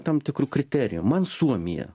tam tikru kriterijum man suomija